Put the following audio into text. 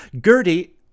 Gertie